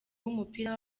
w’umupira